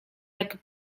jak